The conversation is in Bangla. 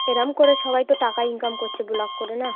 এরাম করে সবাই তো টাকা ইনকাম করছে ভ্লগ করেনা